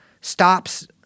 stops